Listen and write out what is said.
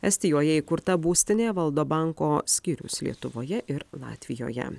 estijoje įkurta būstinė valdo banko skyrius lietuvoje ir latvijoje